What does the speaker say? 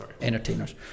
entertainers